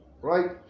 Right